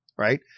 right